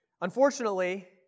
Unfortunately